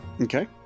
Okay